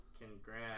Congrats